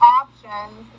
options